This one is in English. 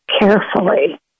carefully